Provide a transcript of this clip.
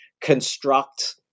construct